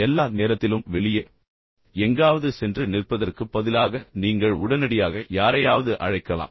எல்லா நேரத்திலும் வெளியே எங்காவது சென்று நிற்பதற்குப் பதிலாக பின்னர் ஒரு வரிசையில் நிற்பதற்கு பதிலாக நீங்கள் உடனடியாக யாரையாவது அழைக்கலாம்